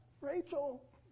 Rachel